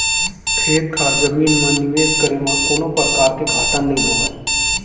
खेत खार जमीन म निवेस करे म कोनों परकार के घाटा नइ होवय